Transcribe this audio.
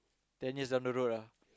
ten years down the road ah